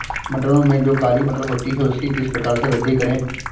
मटरों में जो काली मटर होती है उसकी किस प्रकार से वृद्धि करें?